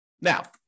Now